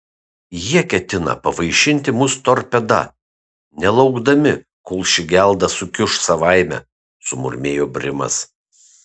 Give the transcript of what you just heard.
jie ketina pavaišinti mus torpeda nelaukdami kol ši gelda sukiuš savaime sumurmėjo brimas